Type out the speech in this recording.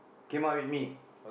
came up with me